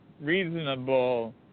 reasonable